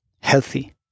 healthy